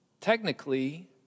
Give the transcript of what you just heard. technically